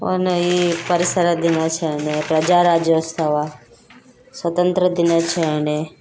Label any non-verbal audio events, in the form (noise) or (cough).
(unintelligible) ಈ ಪರಸರ ದಿನಾಚರಣೆ ಪ್ರಜಾರಾಜ್ಯೋತ್ಸವ ಸ್ವಾತಂತ್ರ್ಯ ದಿನಾಚರಣೆ